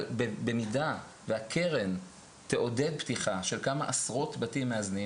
אבל במידה והקרן תעודד פתיחה של כמה עשרות בתים מאזנים